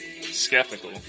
skeptical